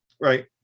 right